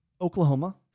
Oklahoma